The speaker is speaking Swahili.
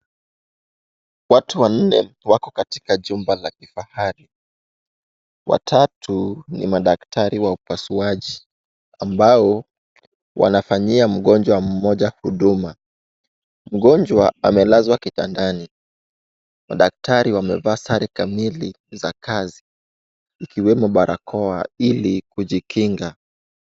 Watu wanne wako katika jumba la kifahari. Watatu ni madaktari wa upasuaji, ambao wanafanyia mgonjwa mmoja huduma. Mgonjwa amelazwa kitandani. Madaktari wamevaa sare kamili za kazi, ikiwemo barakoa ili kujikinga.